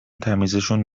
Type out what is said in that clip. تمیزشون